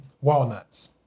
walnuts